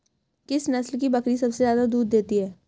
किस नस्ल की बकरी सबसे ज्यादा दूध देती है?